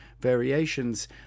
variations